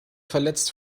verletzt